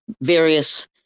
various